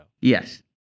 Yes